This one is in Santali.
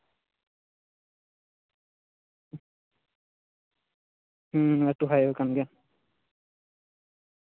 ᱦᱩᱸ ᱞᱟᱹᱴᱩ ᱦᱟᱭᱚᱭᱮ ᱠᱟᱱᱜᱮᱭᱟ